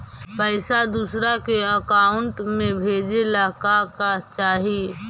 पैसा दूसरा के अकाउंट में भेजे ला का का चाही?